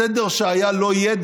הסדר שהיה לא יהיה,